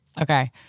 Okay